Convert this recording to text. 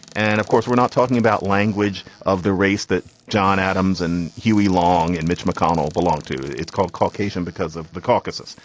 and of course, we're not talking about language of the race that john adams and huey long and mitch mcconnell belong to. it's called caucasion because of the caucasus.